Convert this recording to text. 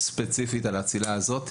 ספציפית על הצלילה הזו.